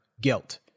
guilt